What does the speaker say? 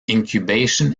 incubation